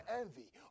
envy